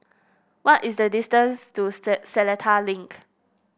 what is the distance to said Seletar Link